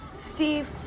Steve